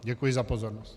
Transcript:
Děkuji za pozornost.